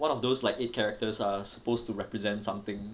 one of those like eight characters are supposed to represent something